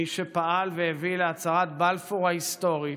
מי שפעל והביא להצהרת בלפור ההיסטורית,